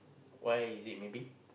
why is it maybe